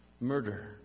murder